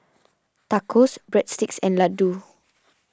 Tacos Breadsticks and Ladoo